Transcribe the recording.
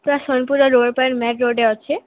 ପୁରା ସୋନପୁରର ରୋଡ଼ ପାଇ ମେନ୍ ରୋଡ଼୍ରେ ଅଛି